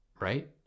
Right